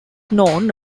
known